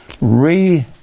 re-